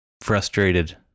frustrated